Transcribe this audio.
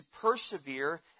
persevere